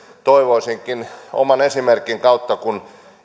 toivoisinkin sitä oman esimerkkini kautta kun